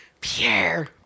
Pierre